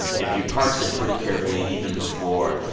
if you parse it pretty carefully, even before.